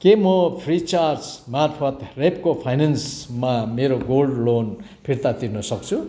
के म फ्रीचार्ज मार्फत रेप्को फाइनेन्समा मेरो गोल्ड लोन फिर्ता तिर्न सक्छु